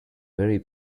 very